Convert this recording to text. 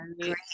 great